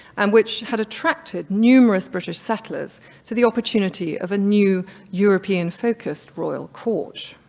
and which had attracted numerous british settlers to the opportunity of a new european focused royal court.